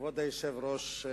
היושב-ראש,